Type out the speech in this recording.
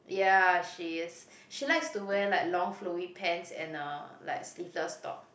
ya she is she likes to wear like long flowy pants and uh like sleeveless top